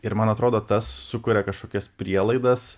ir man atrodo tas sukuria kažkokias prielaidas